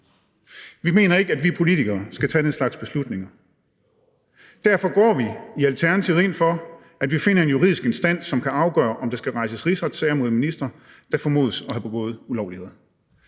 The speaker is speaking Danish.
Vi mener ikke, at vi politikere skal tage den slags beslutninger. Derfor går vi i Alternativet ind for, at vi finder en juridisk instans, som kan afgøre, om der skal rejses rigsretssager mod ministre, der formodes at have begået ulovligheder.